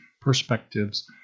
perspectives